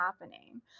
happening